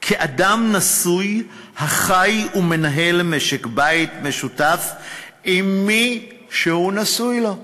אדם נשוי החי ומנהל משק בית משותף עם מי שהוא נשוי לו.